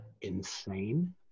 Insane